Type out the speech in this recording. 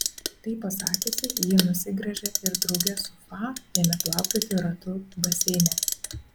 tai pasakiusi ji nusigręžė ir drauge su fa ėmė plaukioti ratu baseine